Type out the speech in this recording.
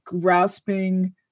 grasping